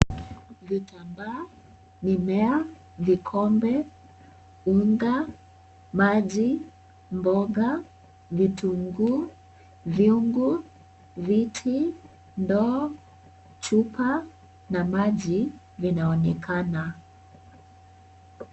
Vitambaa, mimea, vikombe, unga, maji, mboga, vitunguu, vyungu, viti, ndoo, chupa na maji vinaonekana.